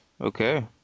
Okay